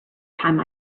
time